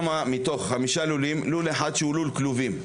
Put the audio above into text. מתוך חמישה לולים יש לול אחד שהוא לול כלובים.